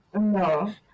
no